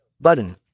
button